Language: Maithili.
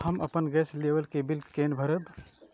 हम अपन गैस केवल के बिल केना भरब?